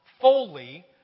fully